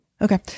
Okay